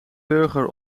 burger